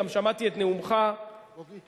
גם שמעתי את נאומך בפתיחה,